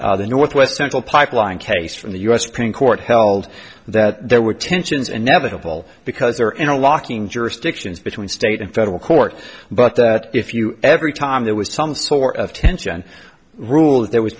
honor the northwest central pipeline case from the u s supreme court held that there were tensions inevitable because they were in a locking jurisdictions between state and federal court but that if you every time there was some sort of tension rule if there was